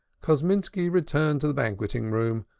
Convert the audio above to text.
kosminski returned to the banqueting room,